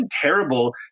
terrible